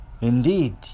Indeed